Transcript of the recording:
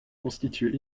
constitués